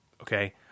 okay